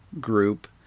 group